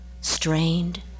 strained